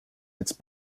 its